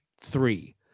three